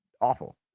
Awful